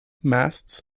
masts